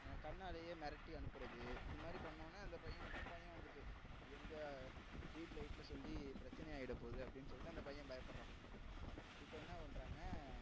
கண்ணாலயே மிரட்டி அனுப்புறது இதுமாதிரி பண்ணோன்னே அந்த பையனுக்கு பயம் வந்துவிட்டு எங்கள் வீட்லகீட்ல சொல்லி பிரச்சனை ஆயிடப்போது அப்படின்னு சொல்லிட்டு அந்த பையன் பயப்புட்றான் இப்போ என்ன பண்ணுறாங்க